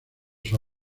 sus